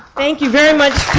thank you very much,